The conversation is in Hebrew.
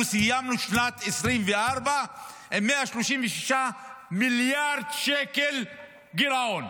אנחנו סיימנו את שנת 2024 עם 136 מיליארד שקל גירעון.